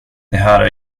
här